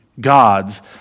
God's